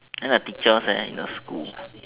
then the teachers in the school